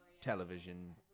television